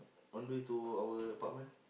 on the way to our apartment